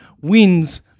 wins